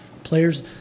players